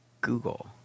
Google